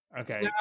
Okay